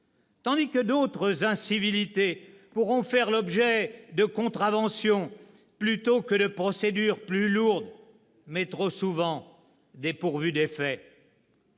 tandis que d'autres incivilités pourront faire l'objet de contraventions plutôt que de procédures plus lourdes mais trop souvent dépourvues d'effet.